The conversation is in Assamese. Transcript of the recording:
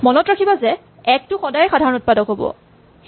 মনত ৰাখিবা যে ১ টো সদায়েই সাধাৰণ উৎপাদক হ'ব